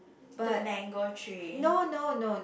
the mango tree